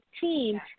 team